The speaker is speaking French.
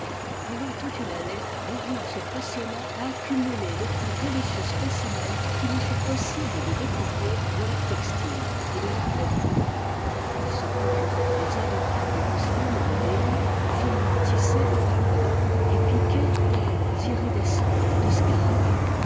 pendant toute une année dorian se passionna à accumuler les plus délicieux spécimens qu'il lui fut possible de découvrir de l'art textile et de la broderie il se procura les adorables mousselines de delhi finement tissées de palmes d'or et piquées d'ailes irides centes de scarabées